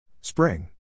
Spring